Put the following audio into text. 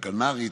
הכ"נרית,